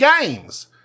games